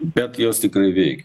bet jos tikrai veikia